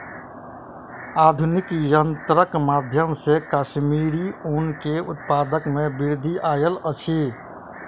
आधुनिक यंत्रक माध्यम से कश्मीरी ऊन के उत्पादन में वृद्धि आयल अछि